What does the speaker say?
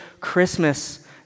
Christmas